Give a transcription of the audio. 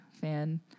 fan